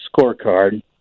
scorecard